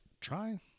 Try